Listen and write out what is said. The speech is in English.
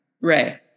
Ray